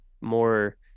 more